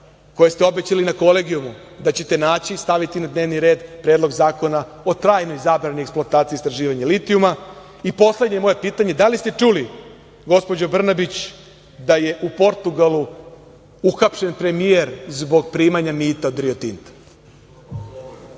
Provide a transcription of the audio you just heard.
koje ste obećali na Kolegijumu da ćete naći i staviti na dnevni red, Predlog zakona o trajnoj zabrani eksploatacije i istraživanja litijuma? Poslednje moje pitanje – da li ste čuli, gospodo Brnabić, da je u Portugalu uhapšen premijer zbog primanja mita od „Rio